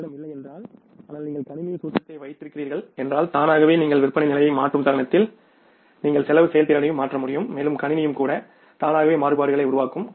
எனவே உங்களிடம் இல்லையென்றால் நீங்கள் கணினியில் சூத்திரத்தை வைத்திருக்கிறீர்கள் என்றால் தானாகவே நீங்கள் விற்பனை நிலையை மாற்றும் தருணத்தில் நீங்கள் செலவு செயல்திறனையும் மாற்ற முடியும் மேலும் கணினியும் கூட தானாகவே மாறுபாடுகளை உருவாக்கும்